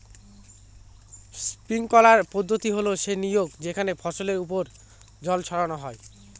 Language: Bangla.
স্প্রিংকলার পদ্ধতি হল সে নিয়ম যেখানে ফসলের ওপর জল ছড়ানো হয়